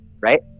right